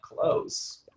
close